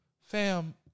Fam